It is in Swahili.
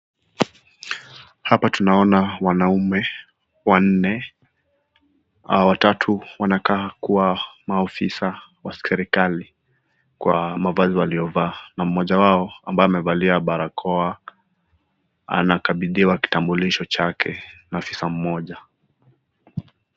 Hapa tunaona wanaume wanne, watatu wanakaa kuwa maofisa wa serikali kwa mavazi waliyovaa na mmoja wao ambaye anavalia barakoa anakabithiwa kitambulisho chake na afisa mmoja.